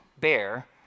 bear